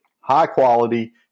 high-quality